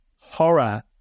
horror